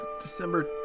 December